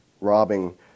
robbing